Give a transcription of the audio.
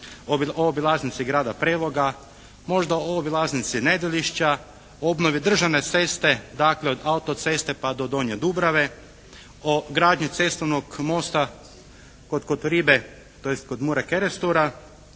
o obilaznici grada Preloga, možda o obilaznici Nedelišća, o obnovi državne ceste, dakle od autoceste pa do Donje Dubrave, o gradnji cestovnog mosta kod Kotoribe, tj. kod Mure Kerestura